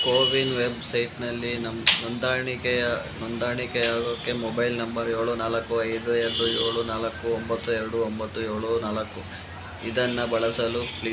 ಕೋವಿನ್ ವೆಬ್ಸೈಟ್ನಲ್ಲಿ ನಮ್ಮ ನೋಂದಾಣಿಕೆಯ ನೋಂದಾಣಿಕೆಯಾಗೋಕೆ ಮೊಬೈಲ್ ನಂಬರ್ ಏಳು ನಾಲ್ಕು ಐದು ಎರಡು ಏಳು ನಾಲ್ಕು ಒಂಬತ್ತು ಎರಡು ಒಂಬತ್ತು ಏಳು ನಾಲ್ಕು ಇದನ್ನು ಬಳಸಲು ಪ್ಲೀಸ್